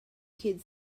kid